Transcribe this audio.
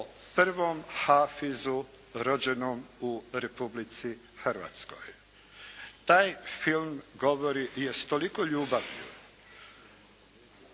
prvom hafizu rođenom u Republici Hrvatskoj. Taj film govori jer je s toliko ljubavi